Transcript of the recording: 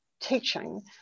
teaching